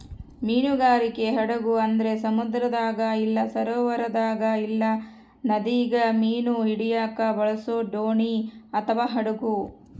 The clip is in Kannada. ಮೀನುಗಾರಿಕೆ ಹಡಗು ಅಂದ್ರ ಸಮುದ್ರದಾಗ ಇಲ್ಲ ಸರೋವರದಾಗ ಇಲ್ಲ ನದಿಗ ಮೀನು ಹಿಡಿಯಕ ಬಳಸೊ ದೋಣಿ ಅಥವಾ ಹಡಗು